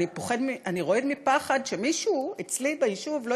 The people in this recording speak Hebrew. אני רועד מפחד שמישהו אצלי ביישוב לא